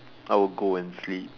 I will go and sleep